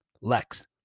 Lex